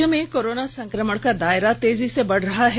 राज्य में कोरोना संकमण का दायरा तेजी से बढ़ रहा है